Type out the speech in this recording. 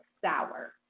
sour